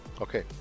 Okay